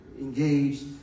engaged